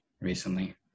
recently